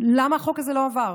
למה החוק הזה לא עבר